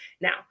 Now